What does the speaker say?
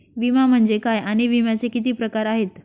विमा म्हणजे काय आणि विम्याचे किती प्रकार आहेत?